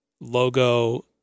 logo